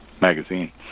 magazine